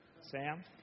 Sam